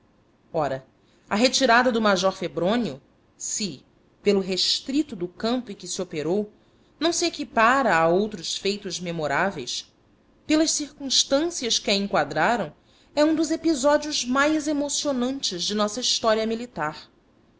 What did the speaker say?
ora a retirada do major febrônio se pelo restrito do campo em que se operou não se equipara a outros feitos memoráveis pelas circunstâncias que a enquadraram é um dos episódios mais emocionantes de nossa história militar